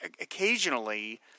occasionally